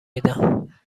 میدن